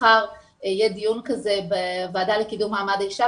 מחר יהיה דיון כזה בוועדה לקידום מעמד האישה,